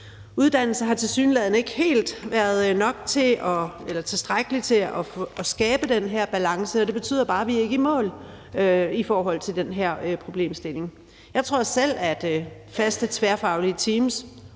til eller tilstrækkeligt til at skabe den her balance, og det betyder bare, at vi ikke er i mål i forhold til den her problemstilling. Jeg tror selv, at faste tværfaglige teams